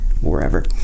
wherever